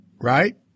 Right